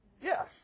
Yes